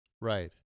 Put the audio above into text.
Right